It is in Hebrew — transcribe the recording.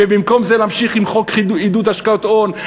ובמקום זה להמשיך עם חוק עידוד השקעות הון,